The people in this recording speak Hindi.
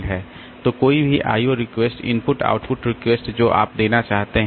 तो कोई भी IO request input output request जो आप देना चाहते हैं